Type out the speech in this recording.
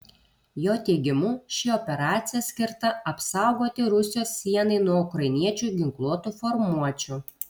jo teigimu ši operacija skirta apsaugoti rusijos sienai nuo ukrainiečių ginkluotų formuočių